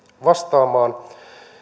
vastaamaan